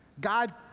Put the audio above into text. God